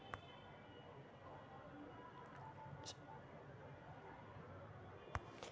कला बजारि सामान्य गैरकानूनी व्यापर से सम्बंधित होइ छइ